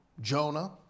Jonah